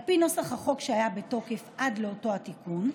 על פי נוסח החוק שהיה בתוקף עד לאותו תיקון,